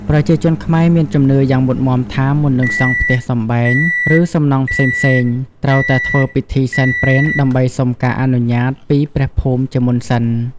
ប្រជាជនខ្មែរមានជំនឿយ៉ាងមុតមាំថា មុននឹងសង់ផ្ទះសម្បែង ឬសំណង់ផ្សេងៗ ត្រូវតែធ្វើពិធីសែនព្រេនដើម្បីសុំការអនុញ្ញាតពីព្រះភូមិជាមុនសិន។